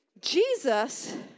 Jesus